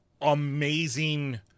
amazing